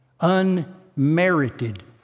Unmerited